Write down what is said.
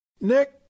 Nick